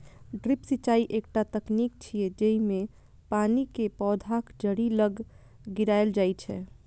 drip सिंचाइ एकटा तकनीक छियै, जेइमे पानि कें पौधाक जड़ि लग गिरायल जाइ छै